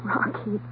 Rocky